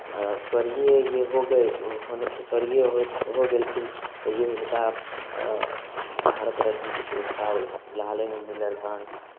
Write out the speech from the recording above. स्वर्गीय ये हो गए होने स्वर्गीय होइ छ हो गेलखिन तैओ हिनका भारत रत्नके पुरस्कार फिलहालेमे मिलल हन